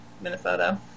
Minnesota